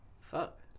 fuck